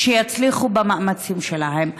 שיצליחו במאמצים שלהם.